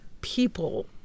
people